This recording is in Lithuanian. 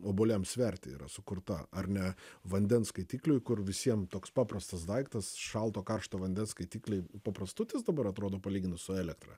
obuoliams sverti yra sukurta ar ne vandens skaitikliui kur visiem toks paprastas daiktas šalto karšto vandens skaitikliai paprastutis dabar atrodo palyginus su elektra